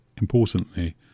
importantly